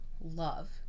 love